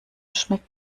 schmeckt